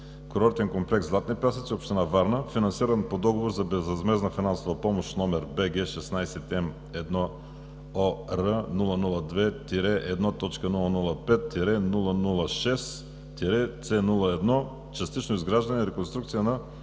курортен комплекс „Златни пясъци“, община Варна, финансиран по договор за безвъзмездна финансова помощ № BG16М1ОР002-1.005-0006-С01 – „Частично изграждане и реконструкция на